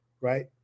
right